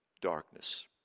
darkness